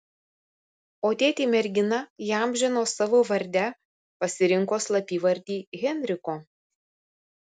o tėtį mergina įamžino savo varde pasirinko slapyvardį henriko